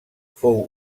fou